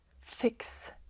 fix